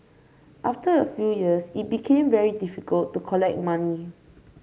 after a few years it became very difficult to collect money